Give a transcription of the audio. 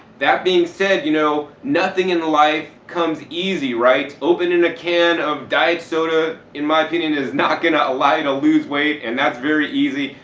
that being said, you know nothing in life comes easy, right? opening a can of diet soda in my opinion is not going to allow you to lose weight, and that's very easy.